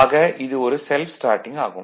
ஆக இது ஒரு செல்ஃப் ஸ்டார்ட்டிங் ஆகும்